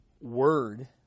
word